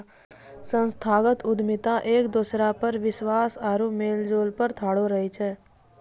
संस्थागत उद्यमिता एक दोसरा पर विश्वास आरु मेलजोल पर ठाढ़ो रहै छै